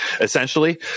essentially